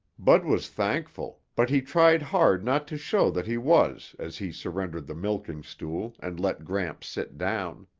bud was thankful, but he tried hard not to show that he was as he surrendered the milking stool and let gramps sit down.